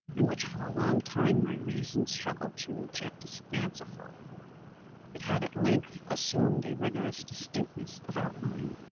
and which for a long time my reason struggled to reject as fanciful it had, at length, assumed a rigorous distinctness of outline.